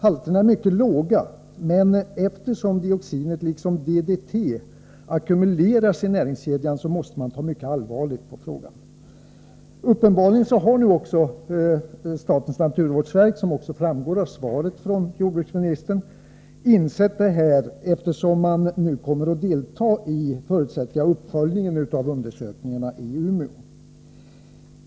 Halterna är mycket låga, men eftersom dioxinet liksom DDT ackumuleras i näringskedjan, måste man ta mycket allvarligt på frågan. Uppenbarligen har nu också statens naturvårdsverk, som framgår av jordbruksministerns svar, insett detta, och jag förutsätter att man nu kommer att delta i uppföljningen av undersökningarna i Umeå.